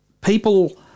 people –